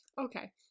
Okay